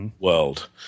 World